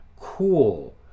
cool